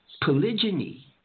Polygyny